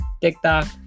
tiktok